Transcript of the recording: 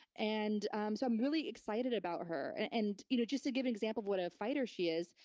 and um so, i'm really excited about her. and and you know just to give an example of what a fighter she is,